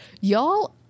y'all